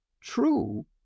true